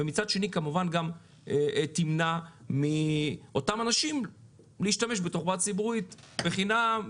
ומצד שני כמובן גם תמנע מאותם אנשים להשתמש בתחבורה הציבורית בחינם.